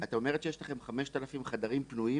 את אומרת שיש לכם 5,000 חדרים פנויים?